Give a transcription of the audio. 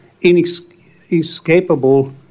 inescapable